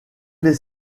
les